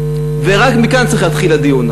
ורק מכאן צריך להתחיל הדיון,